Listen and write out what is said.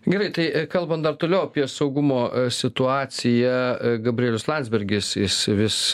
gerai tai kalbant dar toliau apie saugumo situaciją gabrielius landsbergis jis vis